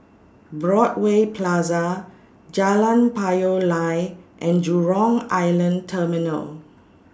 Broadway Plaza Jalan Payoh Lai and Jurong Island Terminal